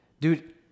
Dude